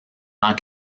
tant